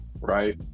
right